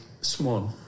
small